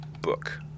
book